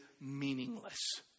meaningless